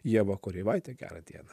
ieva kareivaitė gera diena